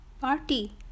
party